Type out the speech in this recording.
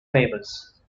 famous